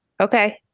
Okay